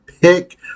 pick